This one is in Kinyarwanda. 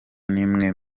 n’imwe